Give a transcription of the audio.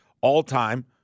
all-time